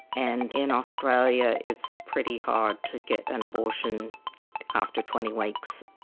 and in australia it's pretty hard to get an abortion after twenty weeks.